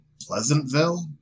Pleasantville